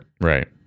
Right